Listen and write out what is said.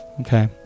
okay